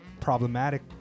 problematic